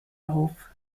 auf